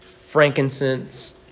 frankincense